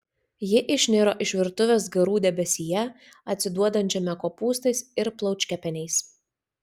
ji išniro iš virtuvės garų debesyje atsiduodančiame kopūstais ir plaučkepeniais